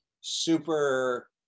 super